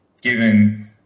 given